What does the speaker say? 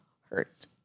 hurt